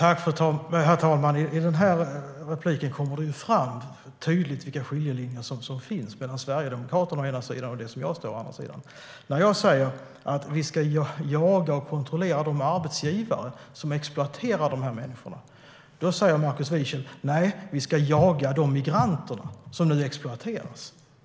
Herr talman! I inläggen kommer det tydligt fram vilka skiljelinjer som finns mellan Sverigedemokraterna och regeringen. Jag säger att vi ska jaga och kontrollera de arbetsgivare som exploaterar dessa människor medan Markus Wiechel säger att vi ska jaga de migranter som exploateras.